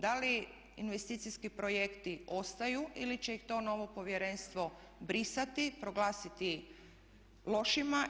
Da li investicijski projekti ostaju ili će ih to novo povjerenstvo brisati, proglasiti lošima?